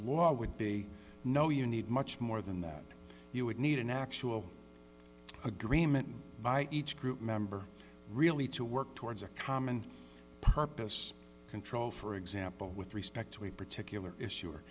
w would be no you need much more than that you would need an actual agreement by each group member really to work towards a common purpose control for example with respect to a particular issue